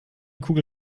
kugel